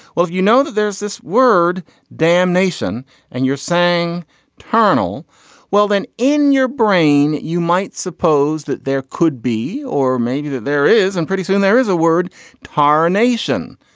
well you know that there's this word damnation and you're saying tunnel well then in your brain you might suppose that there could be or maybe that there is and pretty soon there is a word tarnation.